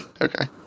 Okay